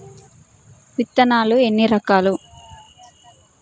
విత్తనాలు ఎన్ని రకాలు?